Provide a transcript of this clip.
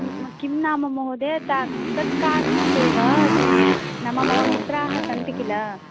किं नाम महोदय तात् तत् कारणात् एव मम मित्राः सन्ति किल